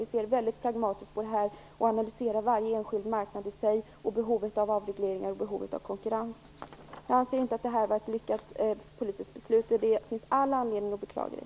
Vi ser mycket pragmatiskt på detta och analyserar varje enskild marknad i sig och behovet av avregleringar och behovet av konkurrens. Jag anser inte att det här var ett lyckat politiskt beslut. Det finns all anledning att beklaga det.